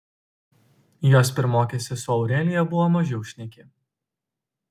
jos pirmokė sesuo aurelija buvo mažiau šneki